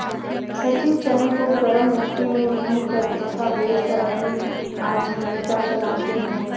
सचिन चने को गरम मिट्टी में भूनकर तथा बेचकर अपनी आजीविका चलाते हैं